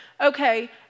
okay